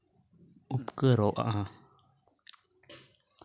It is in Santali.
ᱩᱯᱠᱟᱹᱨᱚᱜᱼᱟ